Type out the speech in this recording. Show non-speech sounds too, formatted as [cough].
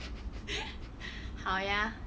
[laughs] 好呀